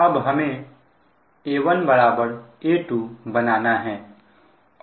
अब हमें A1 A2 बनाना है